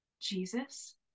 Jesus